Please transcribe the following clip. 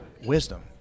wisdom